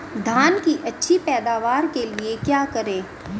धान की अच्छी पैदावार के लिए क्या करें?